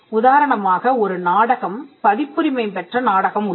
உதாரணமாக ஒரு நாடகம் பதிப்புரிமை பெற்ற நாடகம் உள்ளது